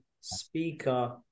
speaker